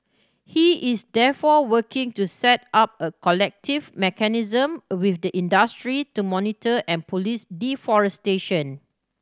he is therefore working to set up a collective mechanism with the industry to monitor and police deforestation